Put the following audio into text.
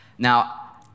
Now